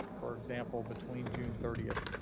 for example, between june thirtieth,